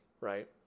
right